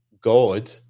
God